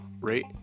rate